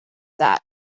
that